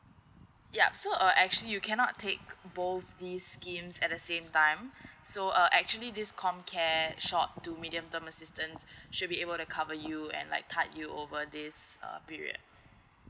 yup so uh actually you cannot take both these schemes at the same time so uh actually this com care short to medium term assistant should be able to cover you and like tide you over this uh period